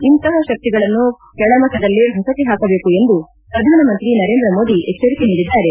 ಇಂತಹ ಶಕ್ತಿಗಳನ್ನು ಕೆಳಮಟ್ಟದಲ್ಲೇ ಹೊಸಕಿ ಹಾಕಬೇಕು ಎಂದು ಪ್ರಧಾನಮಂತ್ರಿ ನರೇಂದ್ರ ಮೋದಿ ಎಚ್ಚರಿಕೆ ನೀಡಿದ್ದಾರೆ